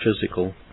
physical